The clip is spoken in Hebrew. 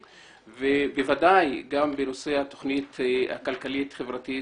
ובוודאי גם בנושא התוכנית הכלכלית-חברתית